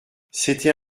c’était